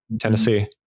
Tennessee